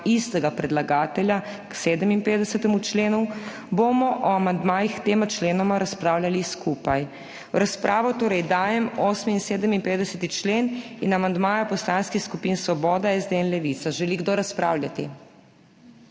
istega predlagatelja k 57. členu, bomo o amandmajih k tema členoma razpravljali skupaj. V razpravo torej dajem 8. in 57. člen in amandmaja poslanskih skupin Svoboda, SD in Levica. Želi kdo razpravljati?